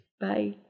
Bye